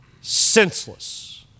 Senseless